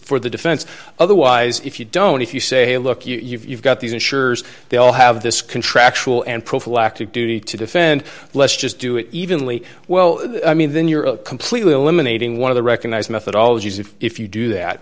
for the defense otherwise if you don't if you say look you've got these insurers they all have this contractual and prophylactic duty to defend let's just do it evenly well i mean then you're completely eliminating one of the recognized methodologies that if you do that